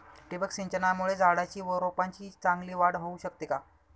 ठिबक सिंचनामुळे झाडाची व रोपांची चांगली वाढ होऊ शकते का?